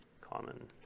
common